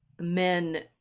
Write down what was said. men